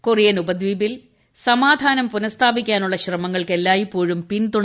കൊറിയ്ട്ടൻ ഉപദ്വീപിൽ സമാധാനം പുനഃസ്ഥാപിക്കാനുള്ള് ശ്രമങ്ങൾക്ക് എല്ലായിപ്പോഴും പിൻതുണ്ട്